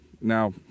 Now